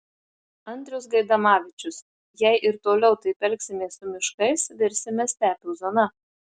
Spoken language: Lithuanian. andrius gaidamavičius jei ir toliau taip elgsimės su miškais virsime stepių zona